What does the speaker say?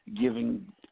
giving